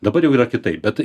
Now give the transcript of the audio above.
dabar jau yra kitaip bet